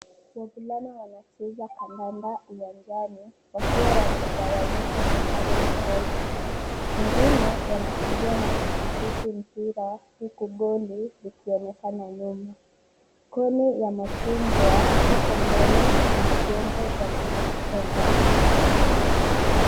Wavulana wanacheza kandanda uwanjani, wakiwa wamegawanyika kwa sare tofauti. Wengine wanakimbia na kulidhibiti mpira, huku goli likionekana nyuma. Goli ya machungwa ipo mbele na majengo yanazunguka uwanja.